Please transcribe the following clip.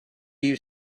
you